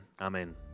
amen